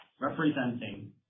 representing